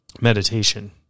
meditation